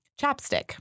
chapstick